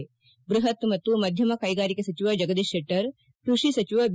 ಬ್ಬಪತ್ ಮತ್ತು ಮಧ್ಯಮ ಕ್ಷೆಗಾರಿಕೆ ಸಚಿವ ಜಗದೀಶ್ ಶೆಟ್ಟರ್ ಕ್ಷಷಿ ಸಚಿವ ಬಿ